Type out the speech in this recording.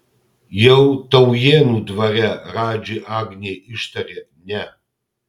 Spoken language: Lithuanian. jau taujėnų dvare radži agnei ištarė ne